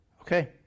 Okay